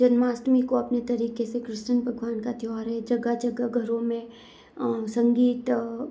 जन्माष्टमी को अपने तरीके से कृष्ण भगवान का त्योहार है जगह जगह घरों में संगीत